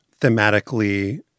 thematically